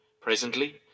Presently